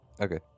Okay